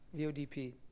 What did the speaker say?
VODP